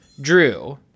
Drew